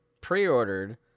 pre-ordered